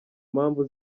mpamvu